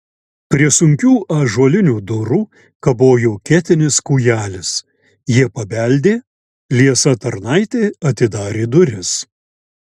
prie sunkių ąžuolinių durų kabojo ketinis kūjelis jie pabeldė liesa tarnaitė atidarė duris